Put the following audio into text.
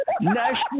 National